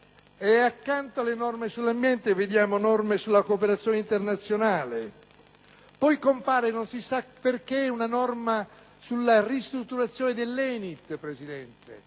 Accanto alle norme sull'ambiente vediamo norme sulla cooperazione internazionale. Poi compare, non si sa perché, signora Presidente, una norma sulla ristrutturazione dell'ENIT e